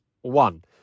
one